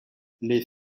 les